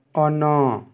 on